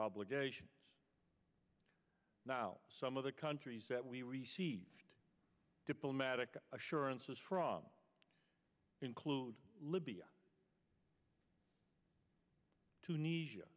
obligations now some of the countries that we received diplomatic assurances from include libya tunisia